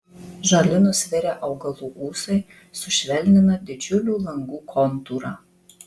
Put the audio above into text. žali nusvirę augalų ūsai sušvelnina didžiulių langų kontūrą